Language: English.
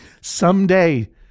Someday